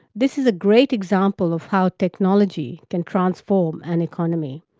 this is a great example of how technology can transform an economy.